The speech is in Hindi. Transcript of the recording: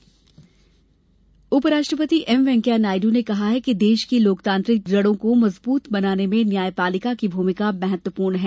उपराष्ट्रपति उपराष्ट्रपति एमवैकेया नायड् ने कहा कि देश की लोकतांत्रिक जड़ो को मजबूत करने में न्यायपालिका की भूमिका महत्वपूर्ण है